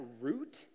root